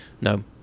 no